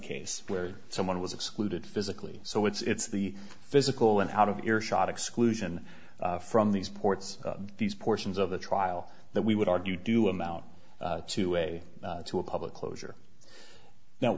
case where someone was excluded physically so it's the physical and out of earshot exclusion from these ports these portions of the trial that we would argue do amount to a to a public closure now